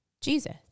Jesus